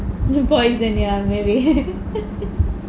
poison ya maybe